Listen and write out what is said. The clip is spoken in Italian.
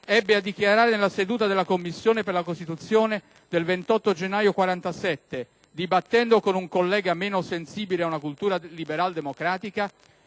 ebbe a dichiarare, nella seduta della Commissione per la Costituzione del 28 gennaio 1947, dibattendo con un collega meno sensibile ad una cultura liberaldemocratica,